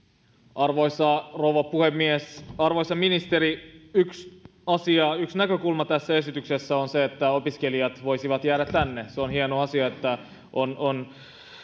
arvoisa herra puhemies arvoisa ministeri yksi asia yksi näkökulma tässä esityksessä on se että opiskelijat voisivat jäädä tänne se on hieno asia että on